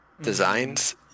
designs